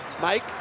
Mike